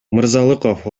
мырзалыков